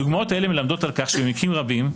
הדוגמאות האלה מלמדות על כך שבמקרים רבים,